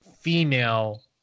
female